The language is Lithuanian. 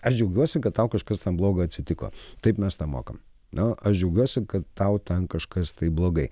aš džiaugiuosi kad tau kažkas blogo atsitiko taip mes tą mokam na aš džiaugiuosi kad tau ten kažkas tai blogai